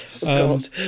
God